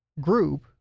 group